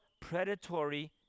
predatory